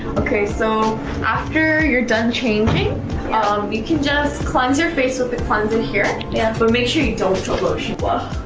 okay so after you're done changing ah um you can just cleanse your face with the cleansing here yeah but make sure you don't stop motion whoa